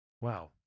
Wow